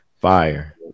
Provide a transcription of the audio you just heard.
fire